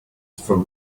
from